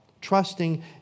trusting